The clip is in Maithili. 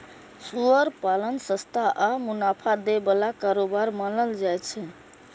सुअर पालन सस्ता आ मुनाफा दै बला कारोबार मानल जाइ छै